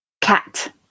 cat